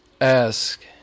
ask